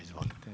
Izvolite.